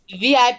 VIP